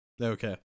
Okay